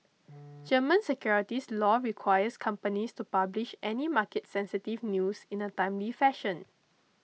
German securities law requires companies to publish any market sensitive news in a timely fashion